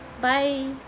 bye